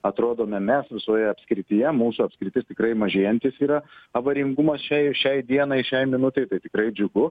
atrodome mes visoje apskrityje mūsų apskritis tikrai mažėjantis yra avaringumas šiai šiai dienai šiai minutei tikrai džiugu